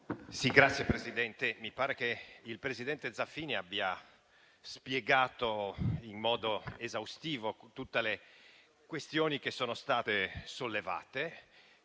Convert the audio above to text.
Signor Presidente, mi pare che il presidente Zaffini abbia spiegato in modo esaustivo tutte le questioni che sono state sollevate.